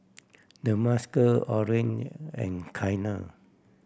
Demarcus Orren and Kiana